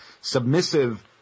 submissive